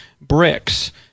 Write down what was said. bricks